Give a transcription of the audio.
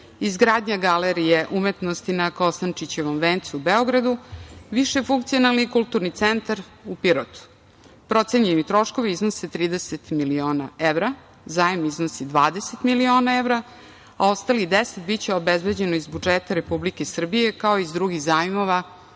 izgradnja galerije umetnosti na Kosančićevom vencu u Beogradu; višefunkcionalni kulturni centar u Pirotu. Procenjeni troškovi iznose 30 miliona evra, zajam iznosi 20 miliona evra, a ostalih 10 biće obezbeđeno iz budžeta Republike Srbije, kao i iz drugih zajmova